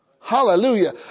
Hallelujah